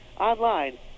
Online